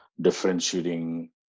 differentiating